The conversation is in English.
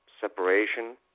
separation